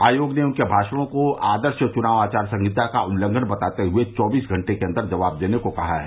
आयोग ने उनके भाषणों को आदर्श चुनाव आचार सहिता का उल्लघंन बताते हुए चौबीस घंटे के अंदर जवाब देने को कहा है